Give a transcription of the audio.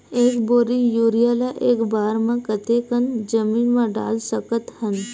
एक बोरी यूरिया ल एक बार म कते कन जमीन म डाल सकत हन?